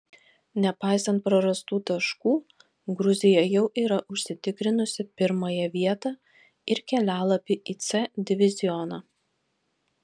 nepaisant prarastų taškų gruzija jau yra užsitikrinusi pirmąją vietą ir kelialapį į c divizioną